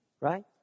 Right